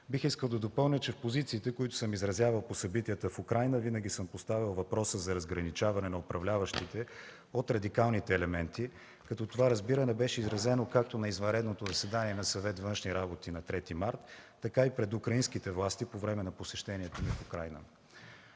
Бих искал да допълня, че в позициите, които съм изразявал по събитията в Украйна, винаги съм поставял въпроса за разграничаване на управляващите от радикалните елементи, като това разбиране беше изразено както на извънредното заседание на Съвет „Външни работи” на 3 март, така и пред украинските власти по време на посещението ми в Украйна.